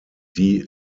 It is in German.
die